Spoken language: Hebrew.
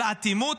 של אטימות?